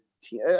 team